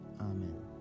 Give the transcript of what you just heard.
Amen